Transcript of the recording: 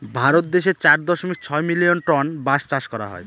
ভারত দেশে চার দশমিক ছয় মিলিয়ন টন বাঁশ চাষ করা হয়